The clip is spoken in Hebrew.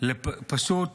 פשוט